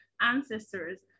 ancestors